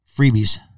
freebies